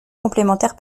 complémentaire